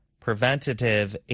preventative